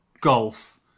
golf